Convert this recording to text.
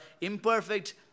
imperfect